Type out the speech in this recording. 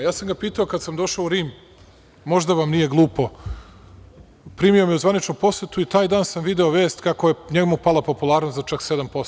Pitao sam ga kad sam došao u Rim, možda vam nije glupo, primio me je u zvaničnu posetu i taj dan sam video vest kako je njemu pala popularnost za čak 7%